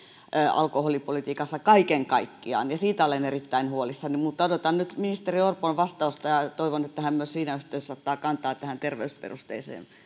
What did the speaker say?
alkoholipolitiikassa kaiken kaikkiaan ja siitä olen erittäin huolissani mutta odotan nyt ministeri orpon vastausta ja ja toivon että hän myös siinä yhteydessä ottaa kantaa tähän terveysperusteiseen